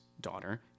daughter